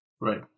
Right